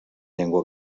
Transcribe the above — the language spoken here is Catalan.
llengua